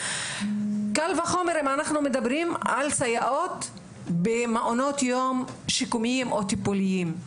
קל וחומר אם אנחנו מדברים על סייעות במעונות יום שיקומיים או טיפוליים.